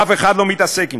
אף אחד לא מתעסק בזה,